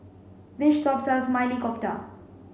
this shop sells Maili Kofta